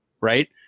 Right